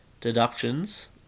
deductions